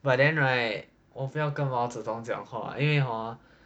but then right 我不要跟毛泽东讲话因为 hor